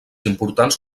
importants